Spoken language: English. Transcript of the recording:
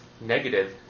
negative